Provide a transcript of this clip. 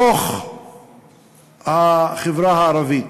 בתוך החברה הערבית,